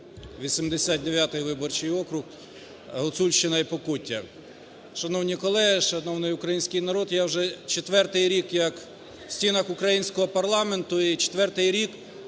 89 виборчий округ, Гуцульщина і Покуття. Шановні колеги! Шановний український народ, я вже четвертий рік, як в стінах українського парламенту, і четвертий рік